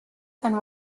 and